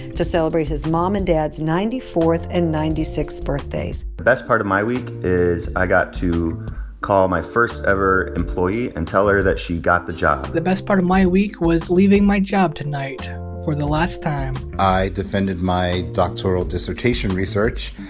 to celebrate his mom and dad's ninety fourth and ninety sixth birthdays the best part of my week is i got to call my first-ever employee and tell her that she got the job the best part of my week was leaving my job tonight for the last time i defended my doctoral dissertation research,